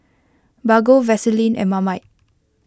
Bargo Vaseline and Marmite